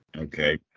okay